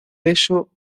eso